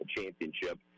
championship